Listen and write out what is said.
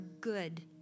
good